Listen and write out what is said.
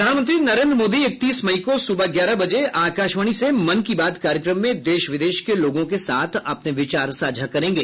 प्रधानमंत्री नरेन्द्र मोदी इकतीस मई को सुबह ग्यारह बजे आकाशवाणी से मन की बात कार्यक्रम में देश विदेश के लोगों के साथ अपने विचार साझा करेंगे